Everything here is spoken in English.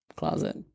Closet